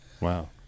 Wow